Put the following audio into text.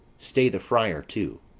stay the friar too.